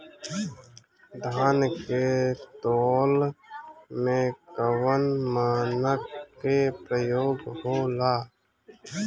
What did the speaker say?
धान के तौल में कवन मानक के प्रयोग हो ला?